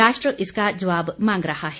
राष्ट्र इसका जवाब मांग रहा है